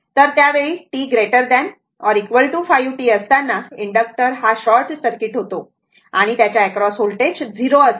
तर त्यावेळीt ≥ 5 τ असताना इनडक्टर हा शॉर्ट सर्किट होतो आणि त्याच्या एक्रॉस व्होल्टेज 0 असते